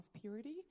Purity